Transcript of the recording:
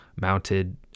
mounted